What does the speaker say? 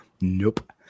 Nope